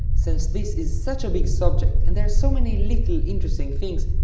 since this is such a big subject and there are so many little interesting things,